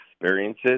experiences